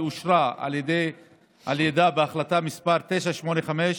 ואושרה על ידה בהחלטה מס' 985,